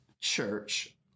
Church